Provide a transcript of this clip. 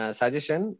suggestion